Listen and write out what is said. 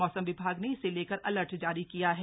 मौसम विभाग ने इसे लेकर अलर्ट जारी किया है